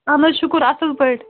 اَہَن حظ شُکُر اَصٕل پٲٹھۍ